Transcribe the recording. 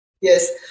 Yes